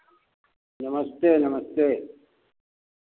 नमस्ते नमस्ते